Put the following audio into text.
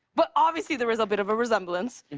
but obviously there is a bit of a resemblance. and